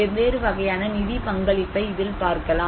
வெவ்வேறு வகையான நிதிப் பங்களிப்பை இதில் பார்க்கலாம்